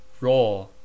Raw